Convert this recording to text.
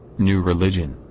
new religion.